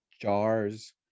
jars